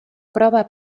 prova